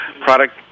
product